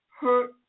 hurt